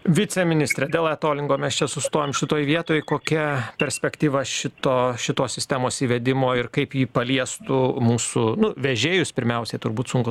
viceministre dėl etolingo mes čia sustojam šitoj vietoj kokia perspektyva šito šitos sistemos įvedimo ir kaip ji paliestų mūsų vežėjus pirmiausiai turbūt sunkų